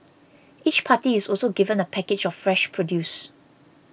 each party is also given a package of fresh produce